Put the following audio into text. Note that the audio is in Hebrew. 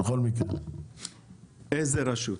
איזה רשות?